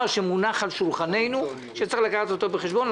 שמונח על שולחננו וצריך לקחת אותו בחשבון,